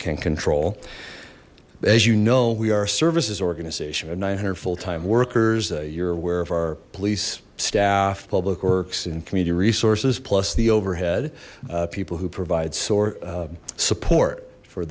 can control as you know we are services organization of nine hundred full time workers you're aware of our police staff public works and community resources plus the overhead people who provide sort support for